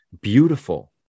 beautiful